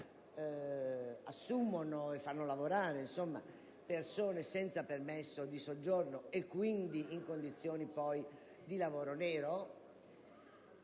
assumono e fanno lavorare persone senza permesso di soggiorno, e quindi in condizioni, poi, di lavoro nero: